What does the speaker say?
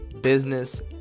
business